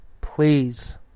please